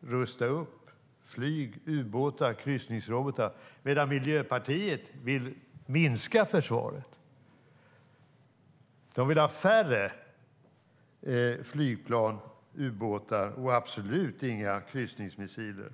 och rusta upp flyg, ubåtar och kryssningsrobotar medan Miljöpartiet vill minska försvaret. De vill ha färre flygplan och ubåtar och absolut inga kryssningsmissiler.